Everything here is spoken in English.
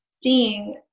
Seeing